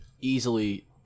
easily